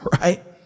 right